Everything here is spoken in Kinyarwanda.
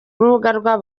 rugaga